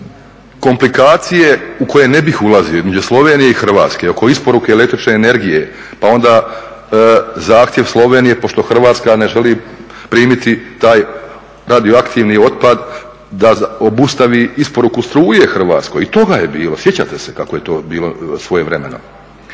komplikacije u koje ne bih ulazio između Slovenije i Hrvatske oko isporuke električne energije, pa onda zahtjev Slovenije pošto Hrvatska ne želi primiti taj radioaktivni otpad da obustavi isporuku struje Hrvatskoj. I toga je bilo, sjećate se kako je to bilo svojevremeno.